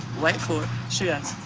wait for it. she yeah